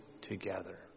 together